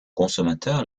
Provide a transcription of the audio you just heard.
consommateurs